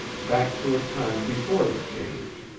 back to a time before the change,